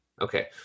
Okay